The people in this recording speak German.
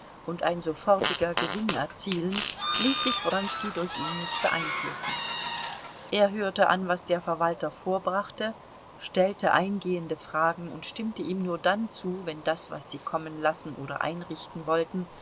und ein sofortiger gewinn erzielen ließ sich wronski durch ihn nicht beeinflussen er hörte an was der verwalter vorbrachte stellte eingehende fragen und stimmte ihm nur dann zu wenn das was sie kommen lassen oder einrichten wollten